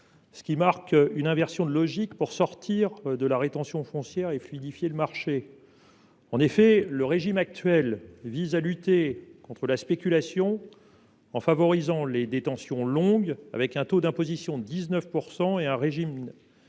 marquant une inversion de logique pour sortir de la rétention foncière et fluidifier le marché. Le régime actuel tend à lutter contre la spéculation en favorisant les détentions longues, avec un taux d’imposition de 19 % et un régime